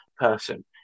person